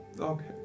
Okay